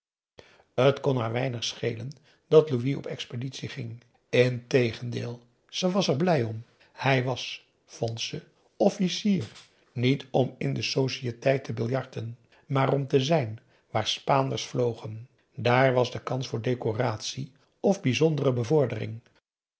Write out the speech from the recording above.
t kon haar weinig schelen dat louis op expeditie ging integendeel ze was er blij om hij was vond ze officier niet om in de sociëteit te biljarten maar om te zijn waar spaanders vlogen dààr was de kans voor decoratie of bijzondere bevordering